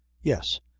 yes.